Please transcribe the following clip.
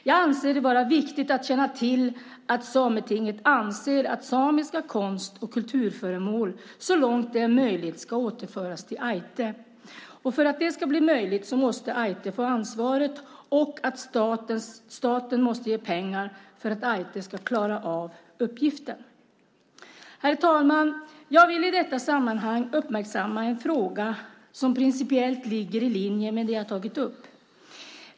Jag anser det vara viktigt att känna till att Sametinget anser att samiska konst och kulturföremål så långt det är möjligt ska återföras till Ájtte. För att det ska bli möjligt måste Ájtte få ansvaret, och staten måste ge pengar för att Ájtte ska klara av uppgiften. Herr talman! Jag vill i detta sammanhang uppmärksamma en fråga som principiellt ligger i linje med det som jag har tagit upp.